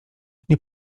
nie